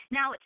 Now